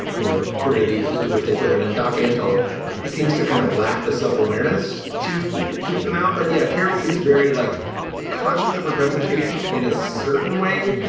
you know, career, the uses to which they put it in. doc antle seems to kind of lack the self-awareness to keep them out. but yeah, carol seems very like conscious of representation in a certain way,